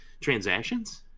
transactions